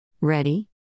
Ready